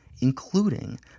including